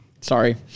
Sorry